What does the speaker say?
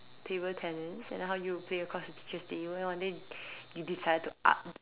table tennis and then how you play across the teacher's table and one day you decided to up